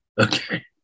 Okay